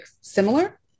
similar